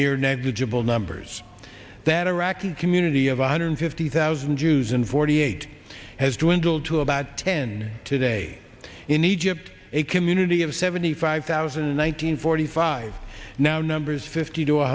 near negligible numbers that iraqi community of a hundred fifty thousand jews in forty eight has dwindled to about ten today in egypt a community of seventy five thousand one hundred forty five now numbers fifty to